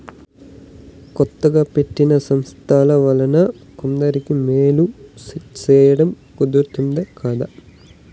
కొత్తగా పెట్టిన సంస్థల వలన కొందరికి మేలు సేయడం కుదురుతాది కదా